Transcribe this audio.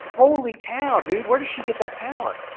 holy cow, dude, where does she get that talent?